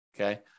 okay